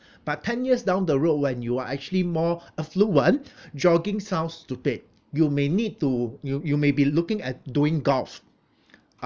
but ten years down the road when you are actually more affluent jogging sounds stupid you may need to you you may be looking at doing golf uh